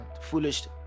foolish